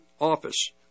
office